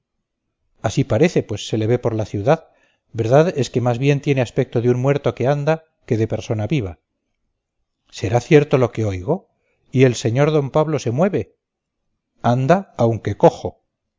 así parece pues se le ve por la ciudad verdad es que más bien tiene aspecto de un muerto que anda que de persona viva será cierto lo que oigo y el sr d pablo se mueve anda aunque cojo